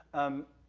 um,